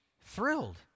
Thrilled